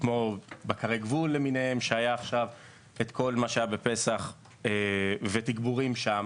בקרי גבול למיניהם שהיה עכשיו את כל מה שהיה בפסח ותגבורים שם.